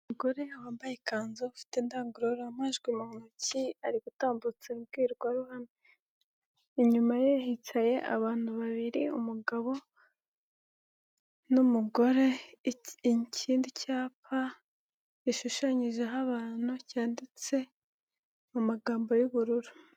Umugore wambaye ikanzu, ufite indangururamajwi mu ntoki, ari gutambutsa imbwirwaruhame, inyuma ye hicaye abantu babiri umugabo n'umugore, ikindi cyapa gishushanyijeho abantu, cyanditse mu magambo y'ubururu.